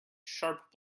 sharp